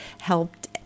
helped